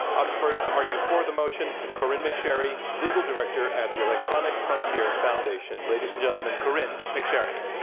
up first to argue for the motion, corynne mcsherry, legal director at the electronic frontier foundation. ladies and gentlemen, corynne mcsherry.